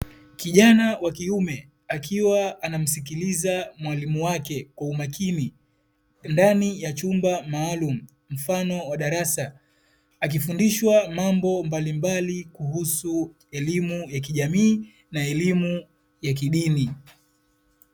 Kijana wa kiume akiwa anamsikiliza mwalimu wake kwa umakini, ndani ya chumba maalumu mfano wa darasa, akifundishwa mambo mbalimbali kuhusu elimu ya kijamii na elimu ya kidini.